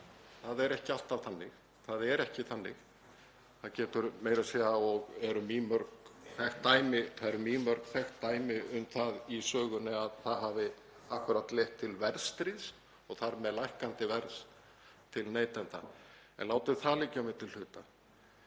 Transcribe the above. Það er ekki alltaf þannig. Það er ekki þannig. Það eru mýmörg þekkt dæmi um það í sögunni að það hafi akkúrat leitt til verðstríðs og þar með lækkandi verðs til neytenda. En látum það liggja á milli hluta.